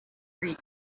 read